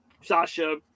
Sasha